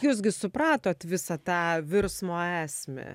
jūs gi supratot visą tą virsmo esmę